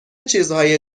چیزهای